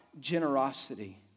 generosity